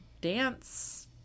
dance